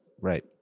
Right